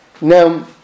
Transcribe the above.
Now